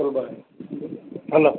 hello